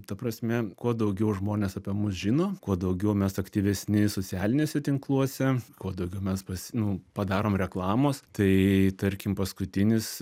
ta prasme kuo daugiau žmonės apie mus žino kuo daugiau mes aktyvesni socialiniuose tinkluose kuo daugiau mes pasi nu padarom reklamos tai tarkim paskutinis